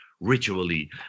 ritually